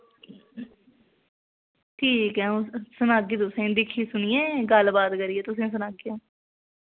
ठीक ऐ अ'ऊं सनाह्गी तुसेंगी दिक्खी सुनियै गल्लबात करियै तुसेंगी सनाह्गी अ'ऊं